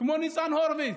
כמו ניצן הורוביץ,